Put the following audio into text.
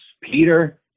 Peter